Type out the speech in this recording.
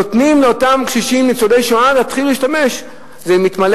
נותנים לאותם ניצולי שואה להתחיל להשתמש בזה.